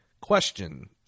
Question